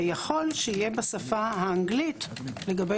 ויכול שיהיה בשפה האנגלית לגבי